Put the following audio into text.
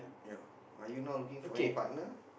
ya are you not looking for any partner